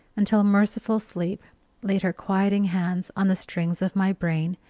until merciful sleep laid her quieting hands on the strings of my brain,